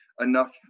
enough